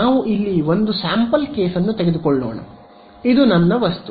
ನಾವು ಇಲ್ಲಿ ಒಂದು ಸ್ಯಾಂಪಲ್ ಕೇಸ್ ತೆಗೆದುಕೊಳ್ಳೋಣ ಇದು ನನ್ನ ನನ್ನ ವಸ್ತು